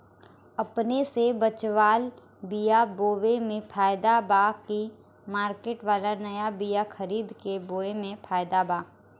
अपने से बचवाल बीया बोये मे फायदा बा की मार्केट वाला नया बीया खरीद के बोये मे फायदा बा?